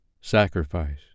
sacrifice